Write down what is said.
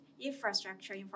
Infrastructure